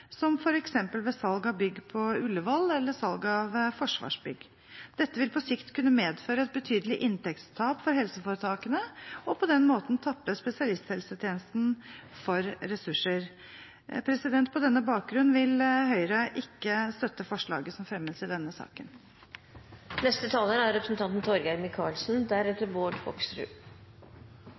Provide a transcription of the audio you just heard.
som f.eks. ved salg av bygg på Ullevål eller salg av forsvarsbygg. Dette vil på sikt kunne medføre et betydelig inntektstap for helseforetakene og på den måte tappe spesialisthelsetjenesten for ressurser. På denne bakgrunn vil Høyre ikke støtte forslaget som fremmes i denne saken. Denne saken har mange sider, og dette er